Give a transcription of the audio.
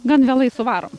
gan vėlai suvarom